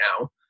now